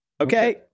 Okay